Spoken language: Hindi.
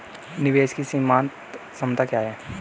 निवेश की सीमांत क्षमता क्या है?